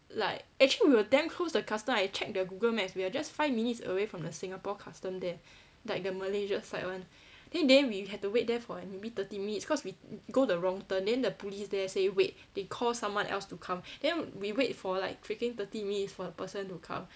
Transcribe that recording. like actually we were damn close to the custom I check the google maps we are just five minutes away from the singapore custom there like the malaysia side [one] then in the end we had to wait there for like maybe thirty minutes cause we go the wrong turn then the police there say wait they call someone else to come then we wait for like freaking thirty minutes for the person to come